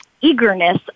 eagerness